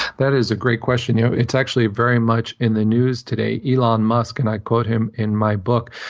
that is a great question. yeah it's actually very much in the news today. elon musk, and i quote him in my book,